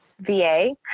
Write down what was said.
VA